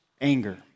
anger